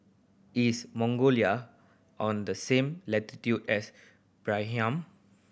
is Mongolia on the same latitude as Bahrain